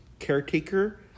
caretaker